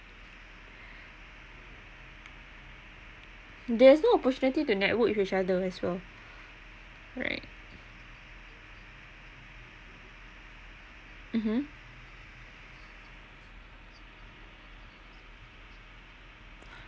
there is no opportunity to network with each other as well right mmhmm